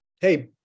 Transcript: hey